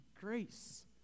grace